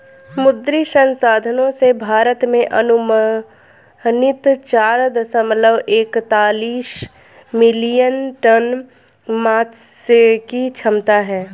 मुद्री संसाधनों से, भारत में अनुमानित चार दशमलव एकतालिश मिलियन टन मात्स्यिकी क्षमता है